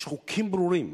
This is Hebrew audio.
יש חוקים ברורים